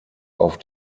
auf